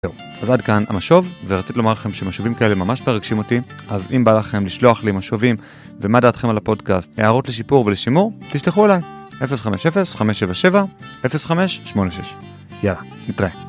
זהו, אז עד כאן המשוב, ורציתי לומר לכם שמשובים כאלה ממש מרגשים אותי, אז אם בא לכם לשלוח לי משובים, ומה דעתכם על הפודקאסט, הערות לשיפור ולשימור, תשתכחו עלי, 050-577-0586. יאללה, נתראה.